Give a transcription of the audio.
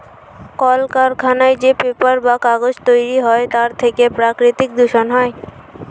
কলকারখানায় যে পেপার বা কাগজ তৈরি হয় তার থেকে প্রাকৃতিক দূষণ হয়